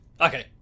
Okay